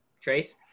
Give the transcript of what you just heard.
Trace